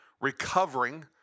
recovering